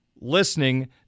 listening